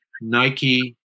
Nike